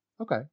Okay